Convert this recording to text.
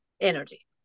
Energy